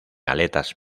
aletas